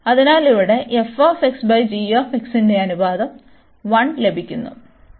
അതിനാൽ ഇവിടെ ഈ ന്റെ അനുപാതം 1 ലഭിക്കുന്നു